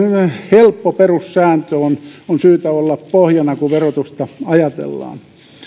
helppo perussääntö on on syytä olla pohjana kun verotusta ajatellaan